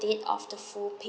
date of the full payment